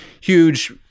huge